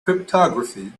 cryptography